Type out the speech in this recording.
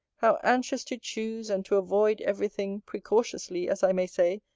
how anxious to choose, and to avoid every thing, precautiously, as i may say,